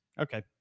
Okay